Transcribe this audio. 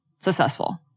successful